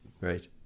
Right